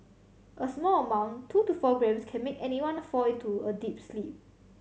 a small amount two to four grams can make anyone fall into a deep sleep